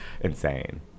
insane